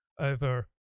over